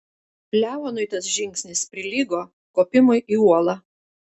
leonui tas žingsnis prilygo kopimui į uolą